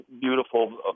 beautiful